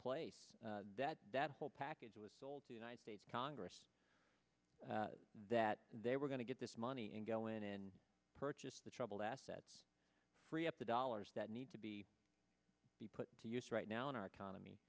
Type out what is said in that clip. place that that whole package was sold to united states congress that they were going to get this money and go in and purchase the troubled assets free up the dollars that need to be put to use right now in our economy